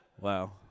Wow